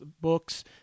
Books